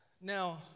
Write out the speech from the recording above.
Now